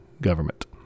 government